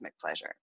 pleasure